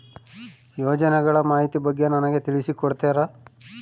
ಯೋಜನೆಗಳ ಮಾಹಿತಿ ಬಗ್ಗೆ ನನಗೆ ತಿಳಿಸಿ ಕೊಡ್ತೇರಾ?